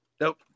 Nope